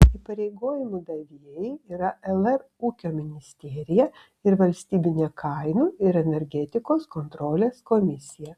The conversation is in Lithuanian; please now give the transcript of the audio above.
įpareigojimų davėjai yra lr ūkio ministerija ir valstybinė kainų ir energetikos kontrolės komisija